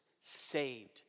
saved